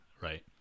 right